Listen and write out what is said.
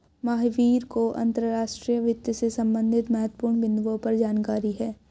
महावीर को अंतर्राष्ट्रीय वित्त से संबंधित महत्वपूर्ण बिन्दुओं पर जानकारी है